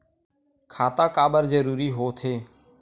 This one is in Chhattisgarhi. खाता काबर जरूरी हो थे?